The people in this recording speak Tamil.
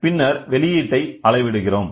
பின்னர் வெளியீட்டை அளவிடுகிறோம்